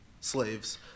slaves